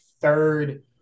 third